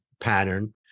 pattern